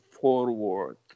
forward